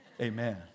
Amen